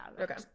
Okay